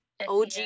OG